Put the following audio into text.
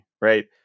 right